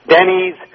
Denny's